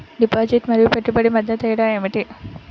Deposit మరియు పెట్టుబడి మధ్య తేడా ఏమిటి?